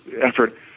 effort